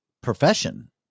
profession